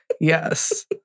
Yes